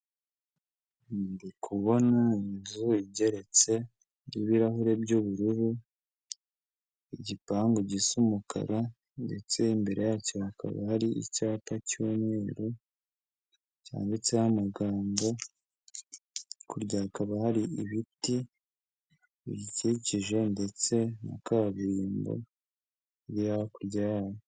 Ndi kubona inzu igeretse y'ibirahure by'ubururu igipangu gisa umukara ndetse imbere yacyo hakaba hari icyapa cy'umweru cyanditseho amagambo hakurya hakaba hari ibiti biyikikije ndetse na kaburimbo biri hakurya yayo.